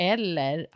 Eller